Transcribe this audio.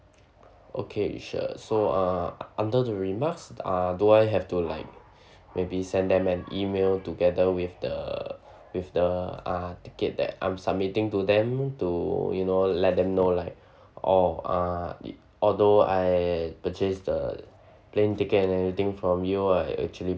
okay sure so uh under the remarks ah do I have to like maybe send them an email together with the with the ah ticket that I'm submitting to them to you know let them know like orh ah although I purchased the plane ticket any thing from you I actually